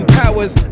powers